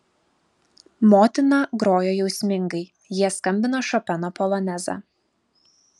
motina grojo jausmingai jie skambino šopeno polonezą